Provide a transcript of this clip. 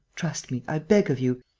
trust me, i beg of you.